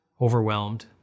overwhelmed